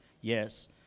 Yes